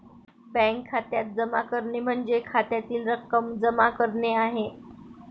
bank खात्यात जमा करणे म्हणजे खात्यातील रक्कम जमा करणे आहे